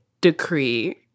decree